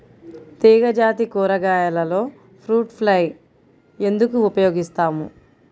తీగజాతి కూరగాయలలో fruit fly ఎందుకు ఉపయోగిస్తాము?